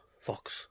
Fox